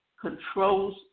controls